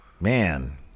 Man